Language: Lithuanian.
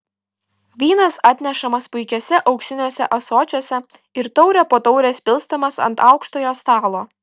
vynas atnešamas puikiuose auksiniuose ąsočiuose ir taurė po taurės pilstomas ant aukštojo stalo